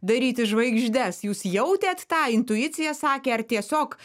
daryti žvaigždes jūs jautėt tą intuicija sakė ar tiesiog